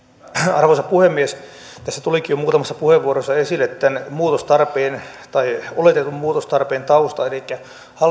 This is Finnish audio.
arvoisa puhemies tässä tulikin jo muutamassa puheenvuorossa esille tämän muutostarpeen tai oletetun muutostarpeen tausta elikkä